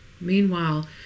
Meanwhile